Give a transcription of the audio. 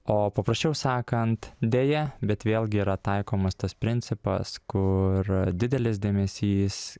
o paprasčiau sakant deja bet vėlgi yra taikomas tas principas kur didelis dėmesys